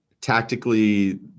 tactically